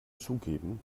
zugeben